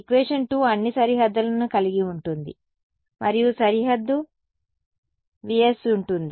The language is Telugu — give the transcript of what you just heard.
ఈక్వేషన్ 2 అన్ని సరిహద్దులను కలిగి ఉంటుంది మరియు సరిహద్దు vs ఉంటుంది